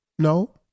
No